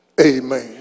Amen